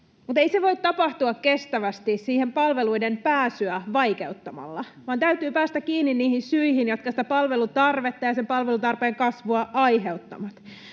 Mutta ei se voi tapahtua kestävästi palveluihin pääsyä vaikeuttamalla, vaan täytyy päästä kiinni niihin syihin, jotka sitä palvelutarvetta ja sen palvelutarpeen kasvua aiheuttavat.